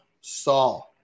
Saul